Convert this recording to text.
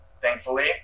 thankfully